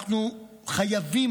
אנחנו חייבים,